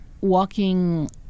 walking